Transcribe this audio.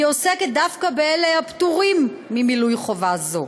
היא עוסקת דווקא באלה הפטורים ממילוי חובה זו,